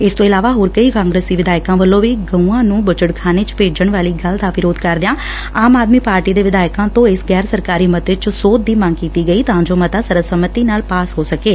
ਇਸ ਤੋਂ ਇਲਾਵਾ ਹੋਰ ਕਈ ਕਾਂਗਰਸੀ ਵਿਧਾਇਕਾਂ ਵੱਲੋਂ ਵੀ ਗਊਆਂ ਨੂੰ ਬੁੱਚੜਖਾਨੇ ਚ ਭੇਜਣ ਵਾਲੀ ਗੱਲ ਦਾ ਵਿਰੋਧ ਕਰਦਿਆਂ ਆਮ ਆਦਮੀ ਪਾਰਟੀ ਦੇ ਵਿਧਾਇਕਾਂ ਤੋਂ ਇਸ ਗੈਰ ਸਰਕਾਰੀ ਮਤੇ ਚ ਸੋਧ ਦੀ ਮੰਗ ਕੀਤੀ ਗਈ ਤਾਂ ਜੋ ਮਤਾ ਸਰਵ ਸੰਮਤੀ ਨਾਲ ਪਾਸ ਹੋ ਸਕੇ